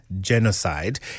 genocide